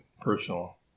personal